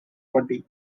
body